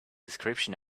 description